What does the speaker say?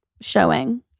showing